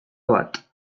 bat